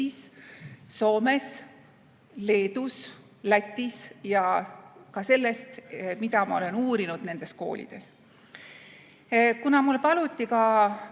Soomes, Leedus, Lätis, ja ka sellest, mida ma olen uurinud nendes koolides. Kuna mul paluti ka